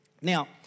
Now